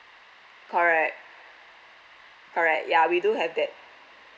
correct correct ya we do have that